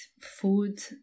food